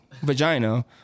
vagina